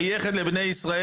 שייכת לבני ישראל.